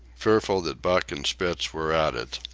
fearful that buck and spitz were at it.